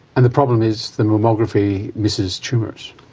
and the problem is the mammography misses tumours.